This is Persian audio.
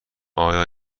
آیا